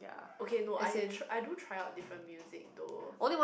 okay no I tr~ I do try out different music though